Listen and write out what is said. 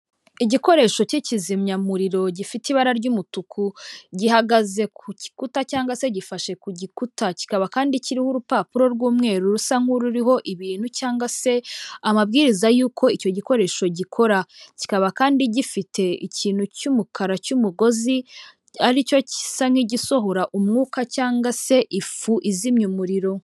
Igikoresho cy'ikizimyamuriro gifite ibara ry'umutuku, gihagaze ku gikuta cyangwa se gifashe ku gikuta, kikaba kandi kiriho urupapuro rw'umweru rusa nk'ururiho ibintu cyangwa se amabwiriza yuko icyo gikoresho gikora, kikaba kandi gifite ikintu cy'umukara cy'umugozi, aricyo gisa n'igisohora umwuka cyangwa se ifu izimya umuriro.